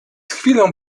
chwilą